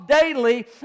daily